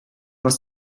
was